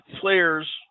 players